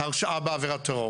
הרשעה בעבירת טרור,